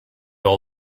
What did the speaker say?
all